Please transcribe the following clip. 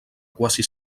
quasi